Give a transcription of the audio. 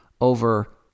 over